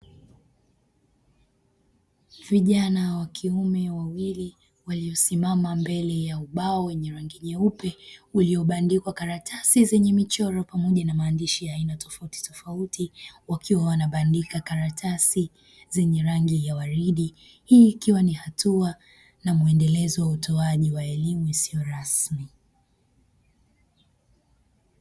Vijana wa kiume wawili waliosimama mbele ya ubao wenye rangi nyeupe uliobandikwa karatasi zenye michoro pamoja na maandishi ya aina tofautitofauti wakiwa wanabandika karatasi zenye rangi ya waridi; hii ikiwa ni hatua na muendelezo wa utoaji wa elimu isiyo rasmi.